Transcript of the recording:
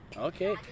Okay